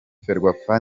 ferwafa